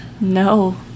No